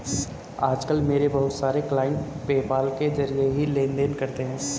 आज कल मेरे बहुत सारे क्लाइंट पेपाल के जरिये ही लेन देन करते है